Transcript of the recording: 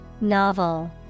Novel